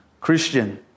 Christian